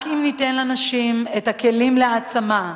רק אם ניתן לנשים את הכלים להעצמה,